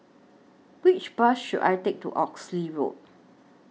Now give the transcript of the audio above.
Which Bus should I Take to Oxley Road